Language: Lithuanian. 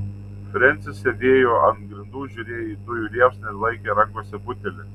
frensis sėdėjo ant grindų žiūrėjo į dujų liepsną ir laikė rankose butelį